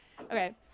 okay